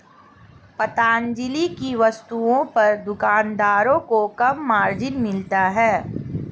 पतंजलि की वस्तुओं पर दुकानदारों को कम मार्जिन मिलता है